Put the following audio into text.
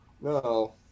No